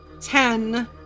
Ten